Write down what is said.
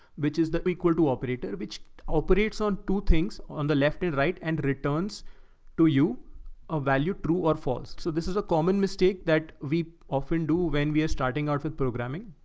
which is the equal to operator, which operates on two things on the left-hand right. and returns to you of value true or false. so this is a common mistake that we often do when we are starting off with programming.